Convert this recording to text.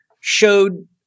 showed